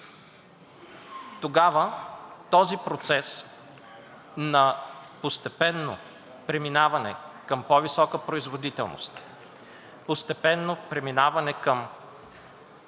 тогава този процес на постепенно преминаване към по-висока производителност, постепенно преминаваме към